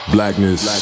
Blackness